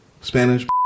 Spanish